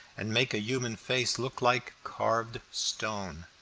and make a human face look like carved stone.